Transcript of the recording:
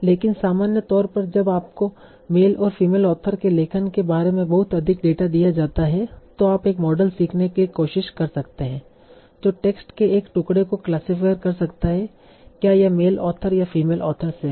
लेकिन सामान्य तौर पर जब आपको मेल और फीमेल ऑथर के लेखन के बारे में बहुत अधिक डेटा दिया जाता है तो आप एक मॉडल सीखने की कोशिश कर सकते हैं जो टेक्स्ट के एक टुकड़े को क्लासिफाय कर सकता है क्या यह मेल ऑथर या फीमेल ऑथर से है